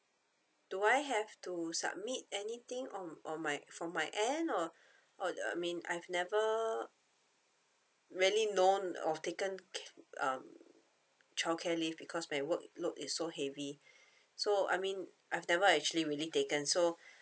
do I have to submit anything on on my from my end or or I mean I've never really known of taken care uh childcare leave because my work load is so heavy so I mean I've never actually really taken so